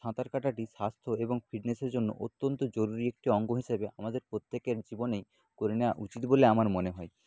সাঁতার কাটাটি স্বাস্থ্য এবং ফিটনেসের জন্য অত্যন্ত জরুরি একটি অঙ্গ হিসেবে আমাদের প্রত্যেকের জীবনেই করে নেওয়া উচিত বলে আমার মনে হয়